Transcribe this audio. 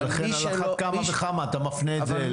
לכן, על אחת כמה וכמה אתה מפנה את זה אליה.